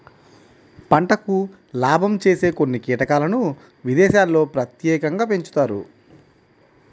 పంటకు లాభం చేసే కొన్ని కీటకాలను విదేశాల్లో ప్రత్యేకంగా పెంచుతారు